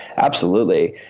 absolutely.